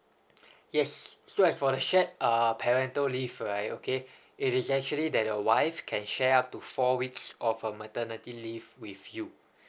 yes so as for the shared uh parental leave right okay it is actually that your wife can share up to four weeks of her maternity leave with you